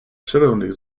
przerażonych